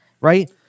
right